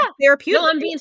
Therapeutic